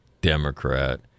Democrat